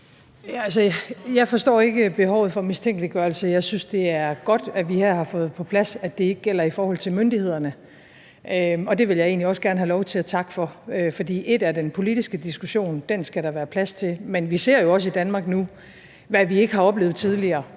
jeg forstår ikke behovet for mistænkeliggørelse. Jeg synes, det er godt, at vi her har fået på plads, at det ikke gælder i forhold til myndighederne, og det vil jeg egentlig også gerne have lov til at takke for. For ét er den politiske diskussion, og den skal der være plads til, men vi ser jo også i Danmark nu, hvad vi ikke har oplevet tidligere,